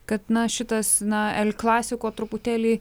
kad na šitas na el klasiko truputėlį